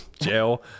Jail